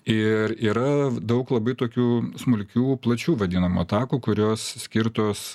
ir yra daug labai tokių smulkių plačių vadinamų atakų kurios skirtos